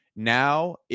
Now